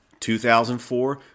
2004